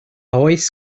oes